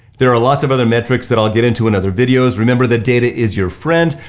there are lots of other metrics that i'll get in to in other videos. remember that data is your friend.